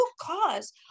cause